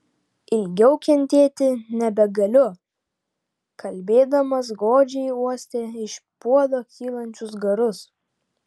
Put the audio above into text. ilgiau kentėti nebegaliu kalbėdamas godžiai uostė iš puodo kylančius garus